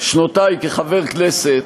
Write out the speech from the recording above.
שנותי כחבר כנסת,